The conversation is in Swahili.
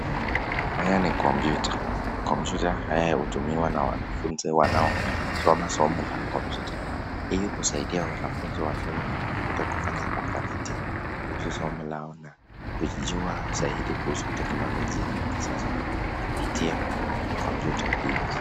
Haya ni kompyuta, kompyuta haya hutumiwa na wanafunzi wanaosoma somo la kompyuta. Hii husaidia wanafunzi wa somo la kompyutakufanya utafiti kuhusu somo lao na kujua zaidi kuhusu teknologia ya kisasa kupitia kompyuta hizi.